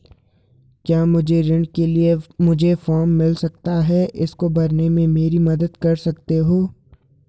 क्या मुझे ऋण के लिए मुझे फार्म मिल सकता है इसको भरने में मेरी मदद कर सकते हो?